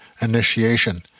initiation